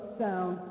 sound